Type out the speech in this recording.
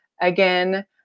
again